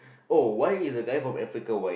oh why is a guy from Africa white